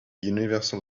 universal